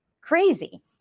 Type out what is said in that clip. crazy